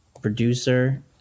producer